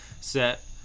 set